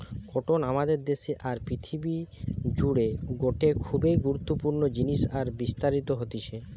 cotton আমাদের দেশে আর পৃথিবী জুড়ে গটে খুবই গুরুত্বপূর্ণ জিনিস আর বিস্তারিত হতিছে